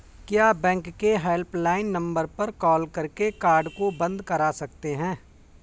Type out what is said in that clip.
क्या बैंक के helpline number पर कॉल करके कार्ड को बंद करा सकते हैं?